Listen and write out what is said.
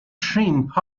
shrimp